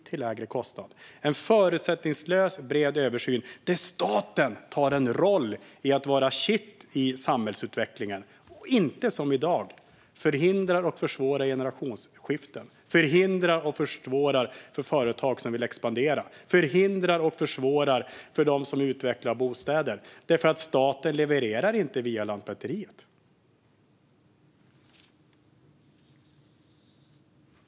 I denna översyn bör staten ta rollen som kitt i samhällsutvecklingen i stället för att, som i dag, förhindra och försvåra generationsskiften och förhindra och försvåra för företag som vill expandera och för dem som utvecklar bostäder eftersom staten inte levererar via Lantmäteriet.